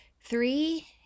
three